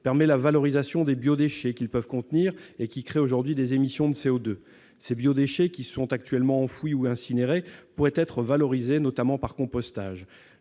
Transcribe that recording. permet la valorisation des biodéchets qui peuvent contenir et qui créent aujourd'hui des émissions de CO2 ces biodéchets qui sont actuellement enfouis ou incinérés pourrait être valorisé, notamment par compostage